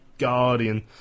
Guardian